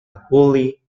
wholly